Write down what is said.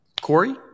Corey